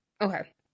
Okay